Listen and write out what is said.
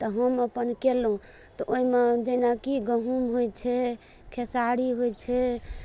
तऽ हम अपन कयलहुँ तऽ ओहिमे जेनाकि गहूम होइ छै खेसारी होइ छै